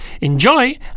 Enjoy